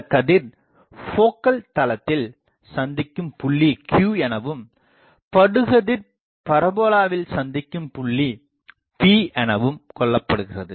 இந்தகதிர் போக்கல்தளத்தில் சந்திக்கும் புள்ளி Q எனவும் படுகதிர்பரபோலாவில் சந்திக்கும் புள்ளி P எனவும் கொள்ளப்படுகிறது